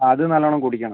ആ അത് നല്ലോണം കുടിക്കണം